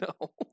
No